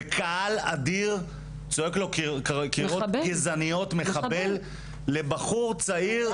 וקהל אדיר צועק לו קריאות גזעניות "מחבל" לבחור צעיר,